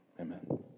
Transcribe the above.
amen